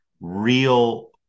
real